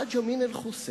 חאג' אמין אל-חוסייני,